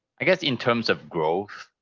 i guess in terms of growth,